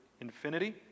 infinity